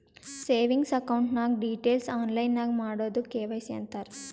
savings account ನಾಗ್ details online ನಾಗ್ ಮಾಡದುಕ್ ಕೆ.ವೈ.ಸಿ ಅಂತಾರ್